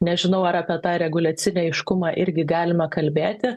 nežinau ar apie tą reguliacinį aiškumą irgi galime kalbėti